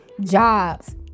jobs